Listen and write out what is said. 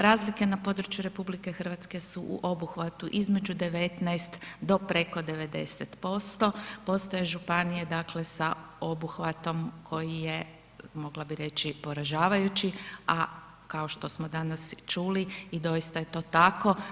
Razlike na području RH su u obuhvatu između 19 do preko 90%, postoje županije dakle sa obuhvatom koji je mogla bih reći poražavajući, a kao što smo danas i čuli i doista je to tako.